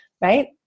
right